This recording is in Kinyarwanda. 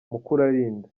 mukuralinda